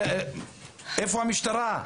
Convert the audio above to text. איפה המשטרה?